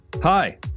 Hi